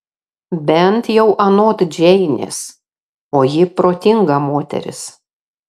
bent jau anot džeinės o ji protinga moteris